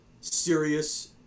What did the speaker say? serious